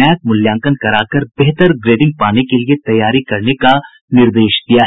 NAAC मूल्यांकन कराकर बेहतर ग्रेडिंग पाने के लिये तैयारी करने का निर्देश दिया है